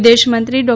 વિદેશમંત્રી ડો